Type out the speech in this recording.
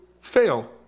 fail